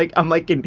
like i'm like, and